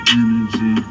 energy